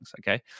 Okay